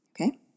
Okay